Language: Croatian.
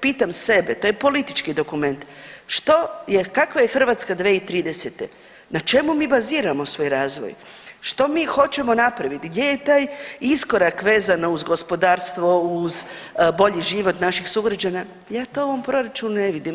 pitam sebe, to je politički dokument, što je, kakva je Hrvatska 2030., na čemu mi baziramo svoj razvoj, što mi hoćemo napraviti, gdje je taj iskorak vezano uz gospodarstvo, uz bolji život naših sugrađana ja to u ovom proračunu ne vidim.